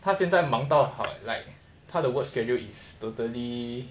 他现在忙到 hor like 他的 work schedule is totally